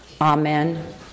Amen